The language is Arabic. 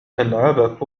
تلعب